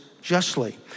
justly